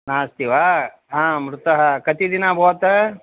नास्ति वा आम् मृतः कति दिनानि अभवन्